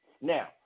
Now